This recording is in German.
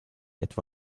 etwa